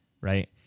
right